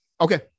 Okay